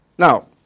Now